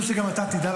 חשוב שגם אתה תדע,